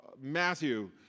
Matthew